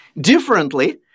differently